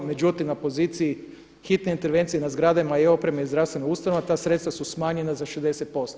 Međutim, na poziciji hitne intervencije na zgradama i opreme i zdravstvene ustanove ta sredstva su smanjena za 60%